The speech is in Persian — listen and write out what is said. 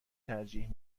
ترجیح